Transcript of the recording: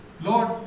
lord